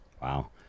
Wow